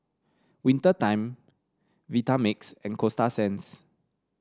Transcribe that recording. Winter Time Vitamix and Coasta Sands